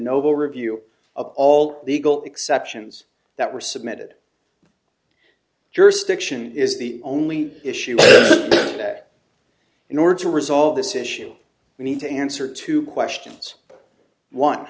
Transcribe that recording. noble review of all the eagle exceptions that were submitted jurisdiction is the only issue that in order to resolve this issue we need to answer two questions one